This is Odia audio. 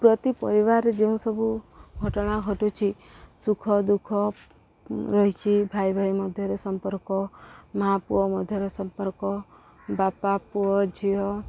ପ୍ରତି ପରିବାରରେ ଯେଉଁ ସବୁ ଘଟଣା ଘଟୁଛି ସୁଖ ଦୁଃଖ ରହିଛିି ଭାଇ ଭାଇ ମଧ୍ୟରେ ସମ୍ପର୍କ ମା' ପୁଅ ମଧ୍ୟରେ ସମ୍ପର୍କ ବାପା ପୁଅ ଝିଅ